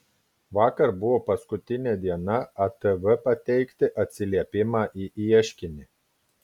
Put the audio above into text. vakar buvo paskutinė diena atv pateikti atsiliepimą į ieškinį